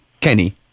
Kenny